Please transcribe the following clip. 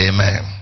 Amen